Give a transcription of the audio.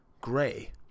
gray